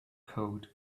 code